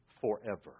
forever